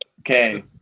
Okay